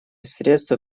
средства